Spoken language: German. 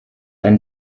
ein